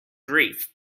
grief